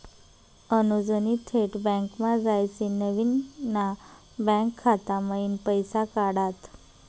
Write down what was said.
अनुजनी थेट बँकमा जायसीन नवीन ना बँक खाता मयीन पैसा काढात